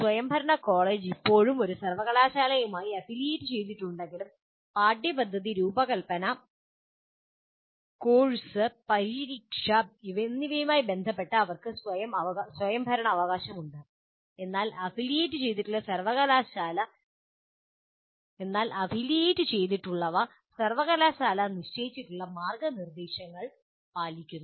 സ്വയംഭരണ കോളേജ് ഇപ്പോഴും ഒരു സർവ്വകലാശാലയുമായി അഫിലിയേറ്റ് ചെയ്തിട്ടുണ്ടെങ്കിലും പാഠ്യപദ്ധതി രൂപകൽപ്പന കോഴ്സ് പരീക്ഷ എന്നിവയുമായി ബന്ധപ്പെട്ട് അവർക്ക് സ്വയംഭരണാവകാശമുണ്ട് എന്നാൽ അവ അഫിലിയേറ്റ് ചെയ്തിട്ടുള്ള സർവകലാശാല നിശ്ചയിച്ചിട്ടുള്ള മാർഗ്ഗനിർദ്ദേശങ്ങൾ പാലിക്കുന്നു